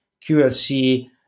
QLC